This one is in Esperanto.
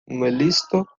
muelisto